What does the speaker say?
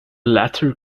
latter